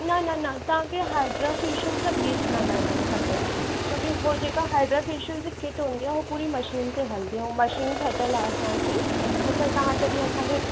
न न न तव्हांखे हाइड्रा फेशियल सां ब्लीच न कराइणी खपे छोकी उहो जेका हाइड्रा फेशियल जी किट हूंदी आहे उहो पूरी मशीन ते हलंदी आहे उहो मशीन ठहियलु आहे असांजी अच्छा तव्हां जॾहिं असां ॾिए